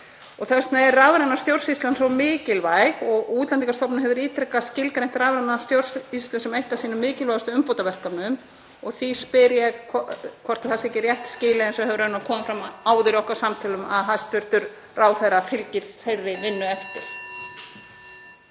vegna er rafræna stjórnsýslan svo mikilvæg og Útlendingastofnun hefur ítrekað skilgreint rafræna stjórnsýslu sem eitt af sínum mikilvægustu umbótaverkefnum. Ég spyr því hvort það sé ekki rétt skilið, eins og hefur raunar komið fram áður í okkar samtölum, að hæstv. ráðherra fylgi þeirri vinnu eftir.